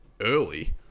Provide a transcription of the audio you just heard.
early